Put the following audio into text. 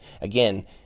Again